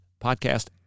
podcast